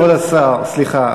סליחה, כבוד השר, סליחה.